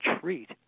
treat